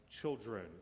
children